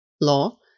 law